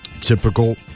typical